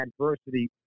adversity